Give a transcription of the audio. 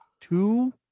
two